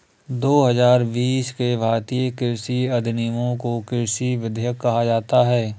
दो हजार बीस के भारतीय कृषि अधिनियमों को कृषि विधेयक कहा जाता है